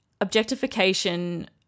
objectification